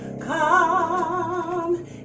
Come